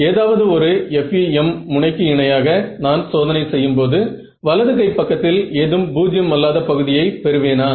ஏதாவது ஒரு FEM முனைக்கு இணையாக நான் சோதனை செய்யும் போது வலது கை பக்கத்தில் ஏதும் பூஜ்ஜியம் அல்லாத பகுதியை பெறுவேனா